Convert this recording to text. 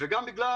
וגם בגלל